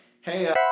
hey